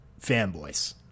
fanboys